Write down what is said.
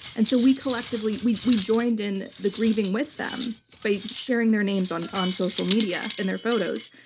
and so we collectively, we we joined in the grieving with them by sharing their names on on social media and their photos,